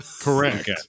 Correct